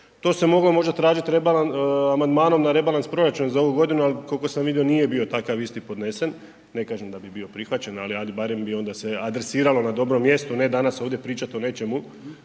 To se možda moglo tražiti amandmanom na rebalans proračuna za ovu godinu, ali koliko sam vidio nije bio takav isti podnesen, ne kažem da bi bio prihvaćen, ali ajde barem bi onda se adresiralo na dobro mjesto. A ne danas ovdje pričat o nečemu,